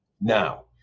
now